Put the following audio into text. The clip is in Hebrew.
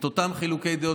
לגבי אותם חילוקי דעות,